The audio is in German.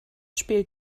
spielt